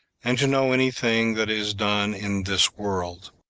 and to know any thing that is done in this world.